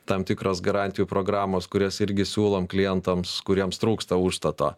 tam tikros garantijų programos kurias irgi siūlom klientams kuriems trūksta užstato